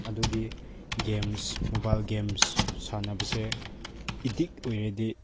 ꯑꯗꯨꯗꯤ games mobile games ꯁꯥꯟꯅꯕꯁꯦ addict ꯑꯣꯏꯔꯗꯤ